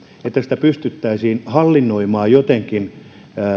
että sitä pystyttäisiin hallinnoimaan jotenkin